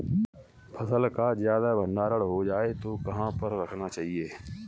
फसल का ज्यादा भंडारण हो जाए तो कहाँ पर रखना चाहिए?